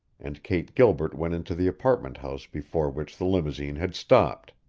and kate gilbert went into the apartment house before which the limousine had stopped.